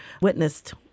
witnessed